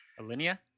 Alinea